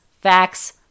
facts